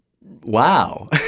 Wow